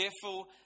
careful